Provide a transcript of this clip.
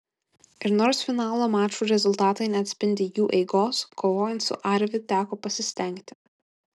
ir nors finalo mačų rezultatai neatspindi jų eigos kovojant su arvi teko pasistengti